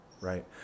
Right